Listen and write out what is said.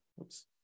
Oops